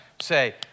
say